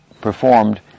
performed